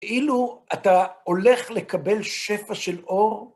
אילו אתה הולך לקבל שפע של אור,